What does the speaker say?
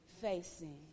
facing